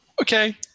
Okay